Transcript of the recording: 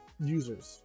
users